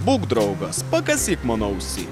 būk draugas pakasyk man ausį